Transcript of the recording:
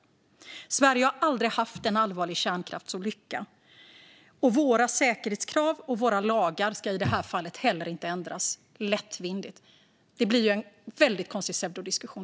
Sverige har aldrig haft en allvarlig kärnkraftsolycka. Våra säkerhetskrav och våra lagar ska i det här fallet heller inte ändras lättvindigt. Detta blir en väldigt konstig pseudodiskussion.